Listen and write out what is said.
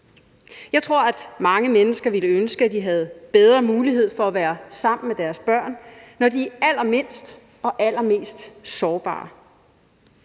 Jeg tror, at mange mennesker ville ønske, at de havde bedre mulighed for at være sammen med deres børn, når de er allermindst og allermest sårbare,